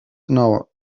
know